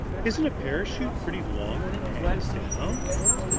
isn't a parachute pretty long when it hangs down? i asked.